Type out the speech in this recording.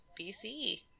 BC